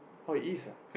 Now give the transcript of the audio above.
oh it is ah